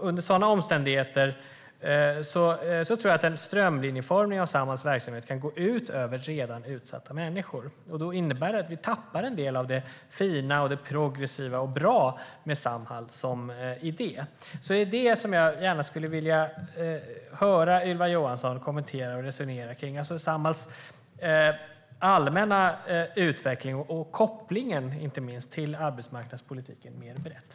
Under sådana omständigheter tror jag att en strömlinjeformning av Samhalls verksamhet kan gå ut över redan utsatta människor. Då innebär det att vi tappar en del av det fina, progressiva och bra med Samhall som idé. Jag skulle gärna vilja höra Ylva Johansson kommentera och resonera kring Samhalls allmänna utveckling och inte minst kopplingen till arbetsmarknadspolitiken mer brett.